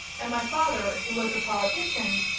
and my father, who was a politician,